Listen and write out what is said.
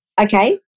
Okay